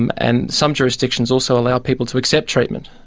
and and some jurisdictions also allow people to accept treatment.